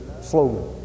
slogan